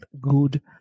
good